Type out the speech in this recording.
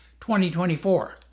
2024